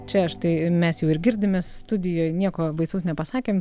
čia štai mes jau ir girdime studijoj nieko baisaus nepasakėm